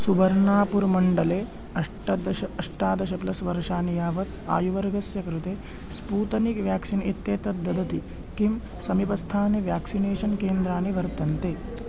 सुबर्णापुर् मण्डले अष्टदश अष्टादश प्लस् वर्षाणि यावत् आयुवर्गस्य कृते स्पूतनिक् व्याक्सीन् इत्येतत् ददति किं समीपस्थानि व्याक्सिनेषन् केन्द्राणि वर्तन्ते